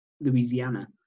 Louisiana